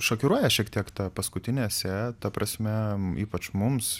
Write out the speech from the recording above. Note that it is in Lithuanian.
šokiruoja šiek tiek ta paskutinė esė ta prasme ypač mums